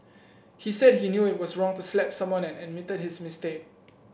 he said he knew it was wrong to slap someone and admitted his mistake